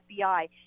FBI